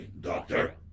Doctor